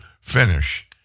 finish